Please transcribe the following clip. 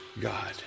God